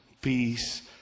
peace